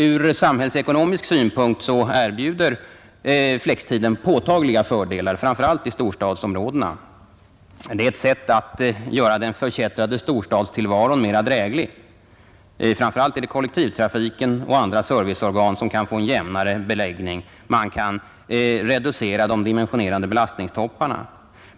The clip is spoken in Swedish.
Från samhällsekonomisk synpunkt erbjuder flextiden påtagliga fördelar, framför allt i storstadsområdena. Det är ett sätt att göra den förkättrade storstadstillvaron mer dräglig. Framför allt kan kollektivtrafiken och andra serviceorgan få en jämnare belastning — man kan reducera de dimensionerande belastningstopparna.